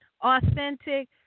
authentic